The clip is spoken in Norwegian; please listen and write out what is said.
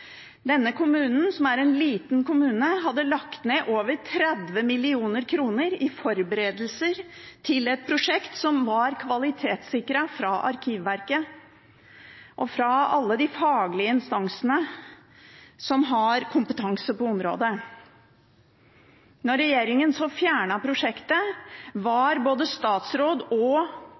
Denne kommunen, som er en liten kommune, hadde lagt ned over 30 mill. kr i forberedelser til et prosjekt som var kvalitetssikret av Arkivverket og av alle de faglige instansene som har kompetanse på området. Da regjeringen så fjernet prosjektet, var både statsråd og